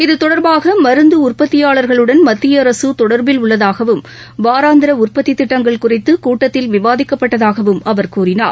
இத்தொடர்பாக மருந்து உற்பத்தியாளர்களுடன் மத்திய அரசு தொடர்பில் உள்ளதாகவும் வாரந்திர உற்பத்தி திட்டங்கள் குறித்து கூட்டத்தில் விவாதிக்கப்பட்டதாகவும் அவர் கூறினார்